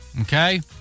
Okay